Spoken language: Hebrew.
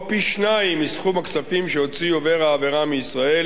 או פי-שניים מסכום הכספים שהוציא עובר העבירה מישראל